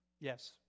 Yes